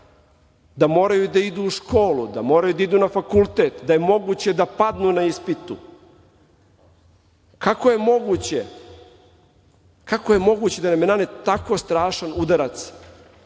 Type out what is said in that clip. da moraju da idu u školu, da moraju da idu na fakultet, da je moguće da padnu na ispitu? Kako je moguće da nam je nanet tako strašan udarac,